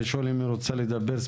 נתקבלו.